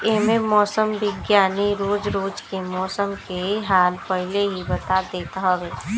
एमे मौसम विज्ञानी रोज रोज के मौसम के हाल पहिले ही बता देत हवे